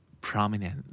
prominent